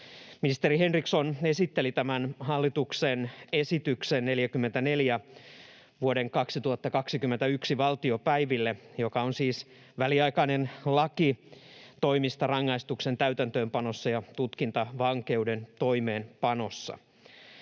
Ministeri Henriksson esitteli tämän hallituksen esityksen 44 vuoden 2021 valtiopäiville, joka on siis väliaikainen laki toimista rangaistuksen täytäntöönpanossa ja tutkintavankeuden toimeenpanossa.